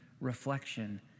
reflection